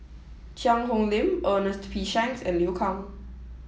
Cheang Hong Lim Ernest P Shanks and Liu Kang